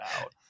out